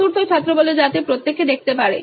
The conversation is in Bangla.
চতুর্থ ছাত্র যাতে প্রত্যেকে দেখতে পারে